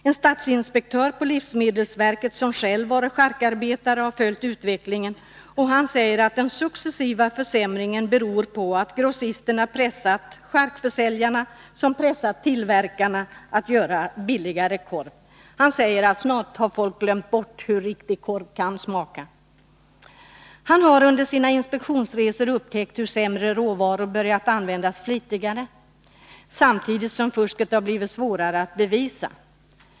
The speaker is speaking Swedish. En statsinspektör på livsmedelsverket som själv varit charkarbetare och följt utvecklingen säger att den successiva försämringen beror på att grossisterna pressat charkförsäljarna, som pressat tillverkarna att göra billigare korv. Han säger: Snart har folk glömt bort hur riktig korv kan smaka. Han har under sina inspektionsresor upptäckt hur sämre råvaror börjat användas flitigare, samtidigt som fusket blir svårare att bevisa.